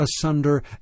asunder